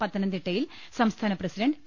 പത്തനംതിട്ടയിൽ സംസ്ഥാന president P